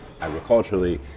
agriculturally